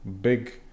big